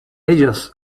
ellos